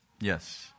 Yes